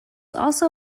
also